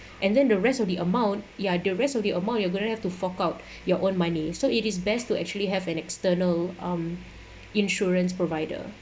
and then the rest of the amount ya the rest of the amount you are going to have to fork out your own money so it is best to actually have an external um insurance provider